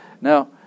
Now